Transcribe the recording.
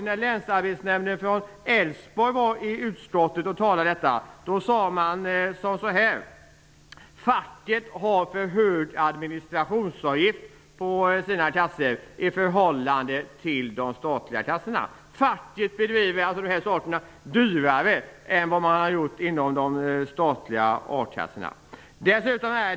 När länsarbetsnämnden i Älvsborg var i utskottet sade man att facket har en för hög administrationsavgift för sina kassor, i förhållande till de statliga kassorna. Facket driver alltså denna verksamhet till en högre kostnad än vad de statliga a-kassorna har gjort.